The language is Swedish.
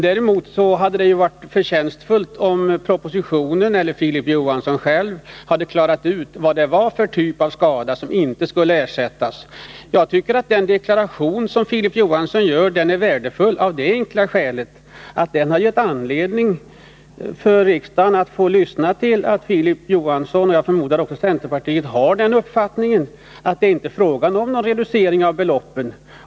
Däremot hade det varit förtjänstfullt om propositionen, eller Filip Johansson själv, hade kunnat klara ut vad det är för typ av skada som inte skall ersättas. Den deklaration som Filip Johansson här gjorde är värdefull av det enkla skälet att riksdagen har fått veta att Filip Johansson, och jag förmodar även centerpartiet, har den uppfattningen att det inte är fråga om någon reducering av beloppen.